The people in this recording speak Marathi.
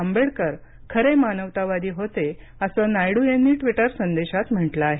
आंबेडकर खरे मानवतावादी होते असं नायडू यांनी ट्विटर संदेशात म्हटलं आहे